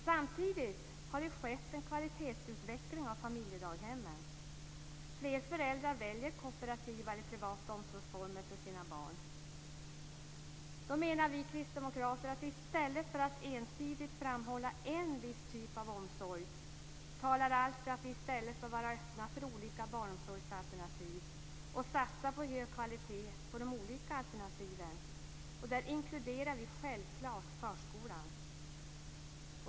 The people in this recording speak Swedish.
Samtidigt har det skett en kvalitetsutveckling av familjedaghemmen. Fler föräldrar väljer kooperativa eller privata omsorgsformer för sina barn. Vi kristdemokrater menar att i stället för att ensidigt framhålla en viss typ av omsorg talar allt för att vi bör vara öppna för olika barnomsorgsalternativ och satsa på hög kvalitet på de olika alternativen. Där inkluderar vi självklart förskolan.